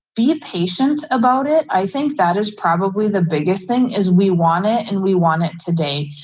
be patient about it. i think that is probably the biggest thing is we want it and we want it today.